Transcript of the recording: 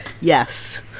yes